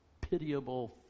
pitiable